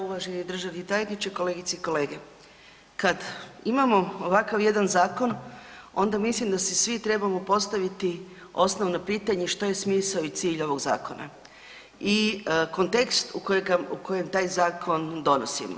Uvaženi državni tajniče, kolegice i kolege, kad imamo ovakav jedan zakon onda mislim da si svi trebamo postaviti osnovno pitanje što je smisao i cilj ovog zakona i kontekst u kojem taj zakon donosimo.